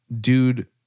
dude